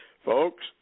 Folks